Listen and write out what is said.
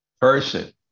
person